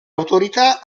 autorità